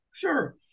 Sure